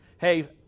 hey